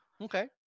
Okay